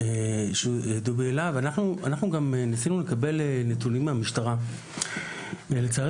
אנחנו גם ניסינו לקבל נתונים מהמשטרה ולצערי